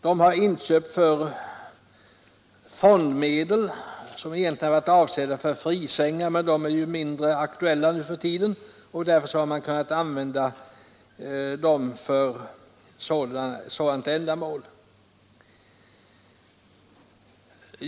De har inköpts för fondmedel, som egentligen varit avsedda för frisängar. Sådana är ju mindre aktuella nu för tiden, och därför har man kunnat använda medlen för detta ändamål.